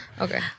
Okay